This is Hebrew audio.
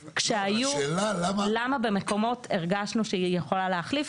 השאלה למה --- למה במקומות הרגשנו שהיא יכולה להחליף?